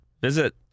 Visit